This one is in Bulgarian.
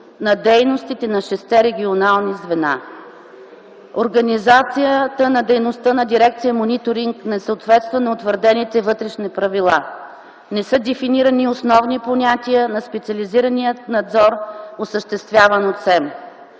на дейностите на шестте регионални звена. Организацията на дейността на дирекция „Мониторинг” не съответства на утвърдените вътрешни правила. Не са дефинирани основни понятия на специализирания надзор, осъществяван от СЕМ.